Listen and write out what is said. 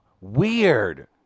weird